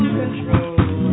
control